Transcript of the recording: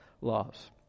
laws